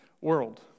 world